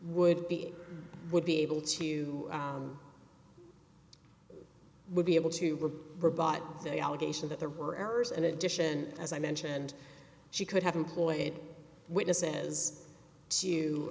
would be would be able to would be able to rebut the allegation that there were errors in addition as i mentioned she could have employed witnesses